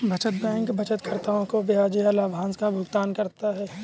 बचत बैंक बचतकर्ताओं को ब्याज या लाभांश का भुगतान करता है